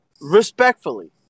respectfully